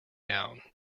down